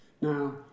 Now